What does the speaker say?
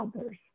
others